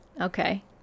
Okay